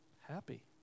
happy